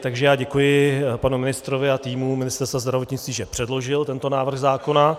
Takže já děkuji panu ministrovi a týmu Ministerstva zdravotnictví, že předložili tento návrh zákona.